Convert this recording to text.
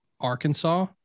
Arkansas